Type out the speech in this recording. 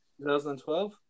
2012